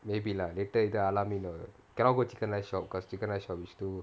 maybe lah later either al-ameen or cannot go chicken rice shop because chicken rice shop is too